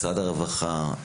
משרד הרווחה,